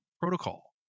Protocol